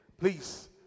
Please